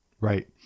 Right